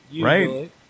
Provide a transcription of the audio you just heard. Right